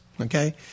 Okay